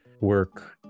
work